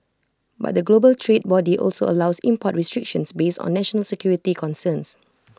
but the global trade body also allows import restrictions based on national security concerns